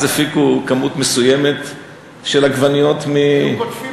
אז הפיקו כמות מסוימת של עגבניות ממטר